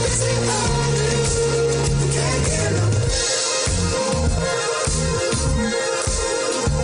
הסרטון הזה מאשש עבור כולנו אני חושבת,